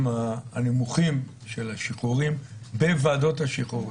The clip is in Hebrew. הנמוכים של השחרורים בוועדות השחרורים.